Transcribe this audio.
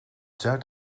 zuid